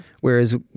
whereas